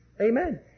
Amen